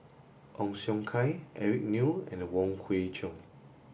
Ong Siong Kai Eric Neo and Wong Kwei Cheong